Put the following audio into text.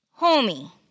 Homie